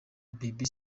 baby